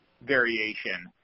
variation